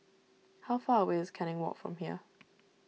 how far away is Canning Walk from here